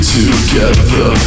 together